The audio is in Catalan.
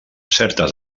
certes